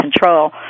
control